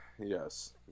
Yes